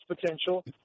potential